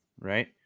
right